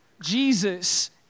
Jesus